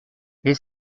est